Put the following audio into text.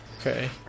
Okay